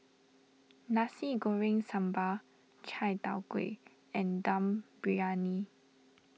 Nasi Goreng Sambal Chai Tow Kway and Dum Briyani